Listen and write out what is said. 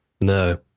No